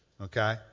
Okay